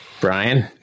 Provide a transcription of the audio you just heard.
Brian